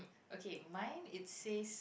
okay mine it say